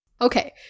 Okay